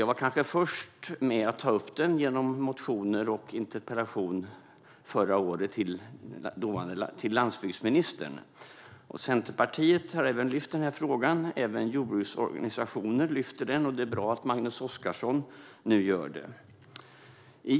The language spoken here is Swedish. Jag var kanske först med att ta upp detta genom motioner och en interpellation till landsbygdsministern förra året. Centerpartiet har även lyft upp frågan. Även jordbruksorganisationer lyfter fram den. Och det är bra att Magnus Oscarsson gör det nu.